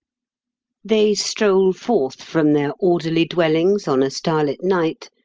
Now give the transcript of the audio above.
they stroll forth from their orderly dwellings on a starlit night,